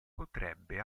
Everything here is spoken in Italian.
potrebbe